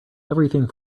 everything